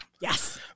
Yes